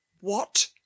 What